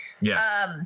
Yes